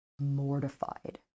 mortified